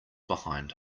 behind